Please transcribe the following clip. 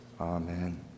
Amen